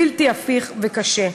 בלתי הפיך וקשה.